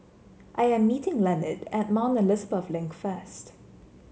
I am meeting Lenord at Mount Elizabeth Link first